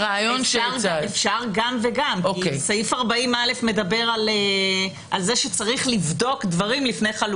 כי סעיף 40א מדבר על זה שצריך לבדוק דברים לפני פירוק שיתוף.